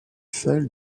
celle